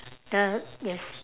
the yes